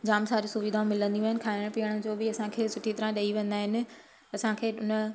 जाम सारी सुविधाऊं मिलंदियूं आहिनि खाइण पीअण जो बि असांखे सुठी तरह ॾेई वेंदा आहिनि असांखे हुन